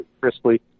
crisply